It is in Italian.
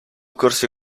corsi